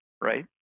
right